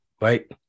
Right